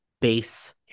base